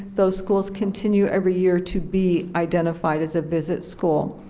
those school continue every year to be identified as a visit school.